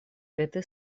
этой